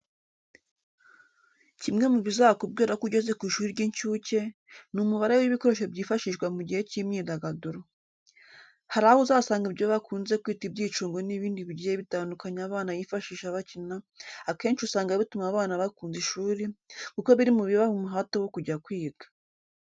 Kimwe mu bizakubwira ko ugeze ku ishuri ry'inshuke, ni umubare w'ibikoresho byifashishwa mu gihe cy'imyidagaduro .Hari aho uzasanga ibyo bakunze kwita ibyicungo n'ibindi bigiye bitandukanya abana bifashisha bakina .Akenshi usanga bituma abana bakunda ishuri kuko biri mu bibaha umuhate wo kujya kwiga.